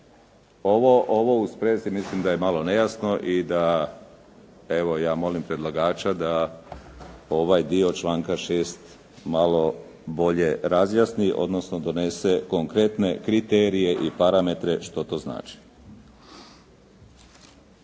Ovo u sprezi mislim da je malo nejasno i da evo ja molim predlagača da ovaj dio članka 6. malo bolje razjasni, odnosno donese malo konkretnije kriterije i parametre što to znači.